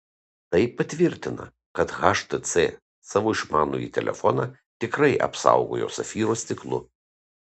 tai patvirtina kad htc savo išmanųjį telefoną tikrai apsaugojo safyro stiklu